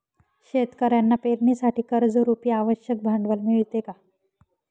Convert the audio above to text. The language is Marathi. शेतकऱ्यांना पेरणीसाठी कर्जरुपी आवश्यक भांडवल मिळते का?